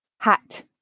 Hat